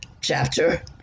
chapter